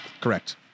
Correct